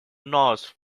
norse